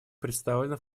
представлена